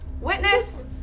Witness